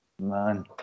Man